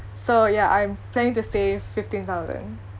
so ya I'm playing to save fifteen thousand